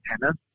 tennis